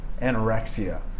anorexia